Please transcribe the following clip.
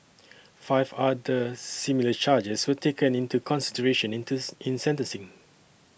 five other similar charges were taken into consideration in in sentencing